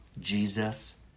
Jesus